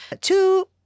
two